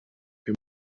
him